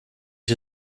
ich